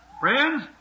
Friends